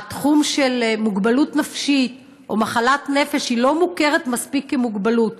התחום של מוגבלות נפשית או מחלת נפש לא מוכר מספיק כמוגבלות,